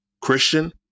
Christian